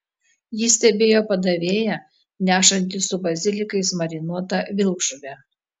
ji stebėjo padavėją nešantį su bazilikais marinuotą vilkžuvę